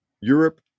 europe